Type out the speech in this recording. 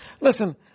Listen